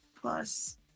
plus